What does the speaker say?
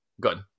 good